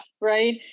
right